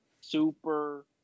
Super